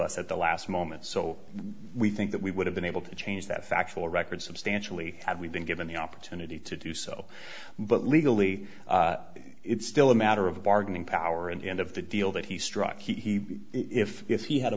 us at the last moment so we think that we would have been able to change that factual record substantially had we been given the opportunity to do so but legally it's still a matter of bargaining power and end of the deal that he struck he if if he had a